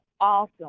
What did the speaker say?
awesome